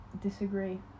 disagree